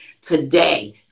today